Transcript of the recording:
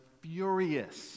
furious